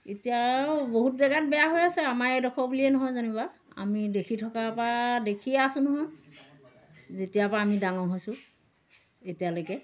এতিয়া আৰু বহুত জেগাত বেয়া হৈ আছে আমাৰ এইডোখৰ বুলিয়ে নহয় যেনিবা আমি দেখি থকাৰপৰা দেখিয়ে আছোঁ নহয় যেতিয়াৰপৰা আমি ডাঙৰ হৈছোঁ এতিয়ালৈকে